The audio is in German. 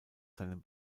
seinem